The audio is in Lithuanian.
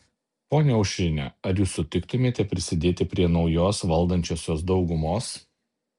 ponia aušrine ar jūs sutiktumėte prisidėti prie naujos valdančiosios daugumos